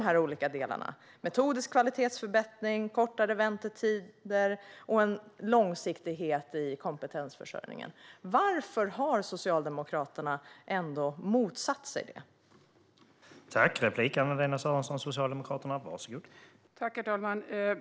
Vi vill ha en metodisk kvalitetsförbättring, kortare väntetider och en långsiktighet i kompetensförsörjningen. Varför har Socialdemokraterna motsatt sig detta?